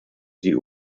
die